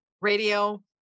Radio